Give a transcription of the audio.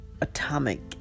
atomic